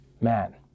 Man